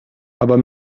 aber